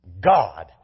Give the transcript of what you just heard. God